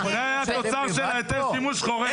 כל זה היה תוצר של היתר שימוש חורג.